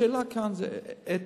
השאלה כאן היא אתית,